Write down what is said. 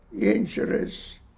injuries